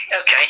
Okay